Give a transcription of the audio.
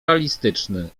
realistyczny